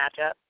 matchup